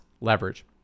leverage